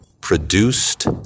produced